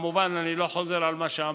וכמובן, אני לא חוזר על מה שאמרת.